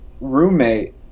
roommate